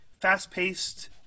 fast-paced